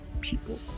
people